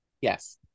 Yes